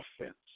offense